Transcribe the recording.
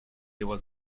его